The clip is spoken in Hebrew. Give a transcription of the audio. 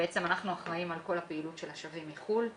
אנחנו אחראים על כל הפעילות של השבים מחוץ לארץ,